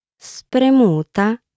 Spremuta